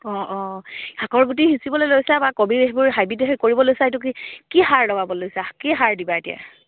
অঁ অঁ শাকৰ গুটি সিঁচিবলৈ লৈছা বা কবিৰ সেইবোৰ হাইব্ৰীডেহে কৰিব লৈছা এইটো কি কি সাৰ লগাবলৈ লৈছা কি সাৰ দিবা এতিয়া